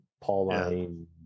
Pauline